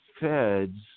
feds